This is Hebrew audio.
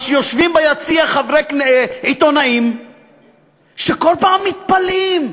אז יושבים ביציע עיתונאים שבכל פעם מתפלאים: